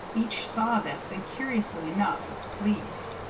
each saw this, and, curiously enough, was pleased.